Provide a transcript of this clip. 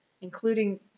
including